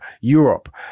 Europe